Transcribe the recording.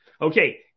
Okay